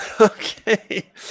Okay